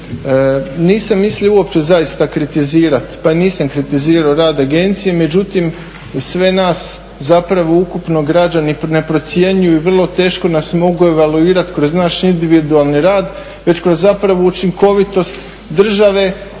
Nisam mislio uopće zaista kritizirati, pa nisam kritizirao rad agencije. Međutim, sve nas zapravo ukupno građani ne procjenjuju, vrlo teško nas mogu evaluirati kroz naš individualni rad već kroz zapravo učinkovitost države